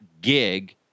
gig